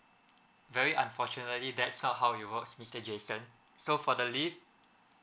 very unfortunately that's not how it works mister jason so for the lead